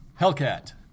Hellcat